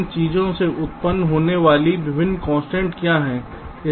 इन चीजों से उत्पन्न होने वाली विभिन्न कंस्ट्रेंट्स क्या हैं